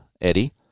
Eddie